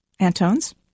Antone's